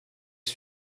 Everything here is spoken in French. les